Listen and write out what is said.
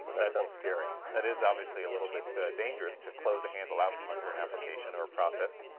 but that sounds scary that is obviously a little bit dangerous to close a handle out from under an application or a process